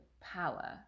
power